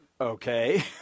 Okay